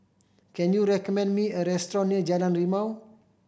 can you recommend me a restaurant near Jalan Rimau